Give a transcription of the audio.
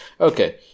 okay